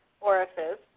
orifice